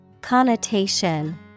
Connotation